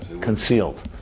concealed